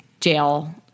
jail